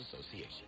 association